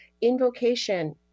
invocation